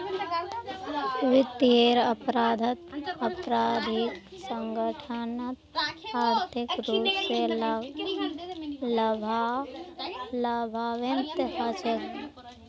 वित्तीयेर अपराधत आपराधिक संगठनत आर्थिक रूप स लाभान्वित हछेक